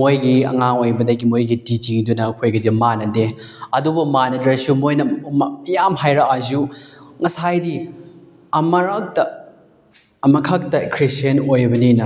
ꯃꯣꯏꯒꯤ ꯑꯉꯥꯡ ꯑꯣꯏꯕꯗꯒꯤ ꯃꯣꯏꯒꯤ ꯇꯤꯆꯤꯡꯗꯨꯅ ꯑꯩꯈꯣꯏꯒꯗꯤ ꯃꯥꯟꯅꯗꯦ ꯑꯗꯨꯕꯨ ꯃꯥꯟꯅꯗ꯭ꯔꯁꯨ ꯃꯣꯏꯅ ꯃꯌꯥꯝ ꯍꯥꯏꯔꯛꯑꯁꯨ ꯉꯁꯥꯏꯗꯤ ꯑꯃꯨꯔꯛꯇ ꯑꯃꯈꯛꯇ ꯈ꯭ꯔꯤꯁꯇꯦꯟ ꯑꯣꯏꯕꯅꯤꯅ